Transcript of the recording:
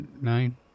Nine